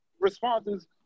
responses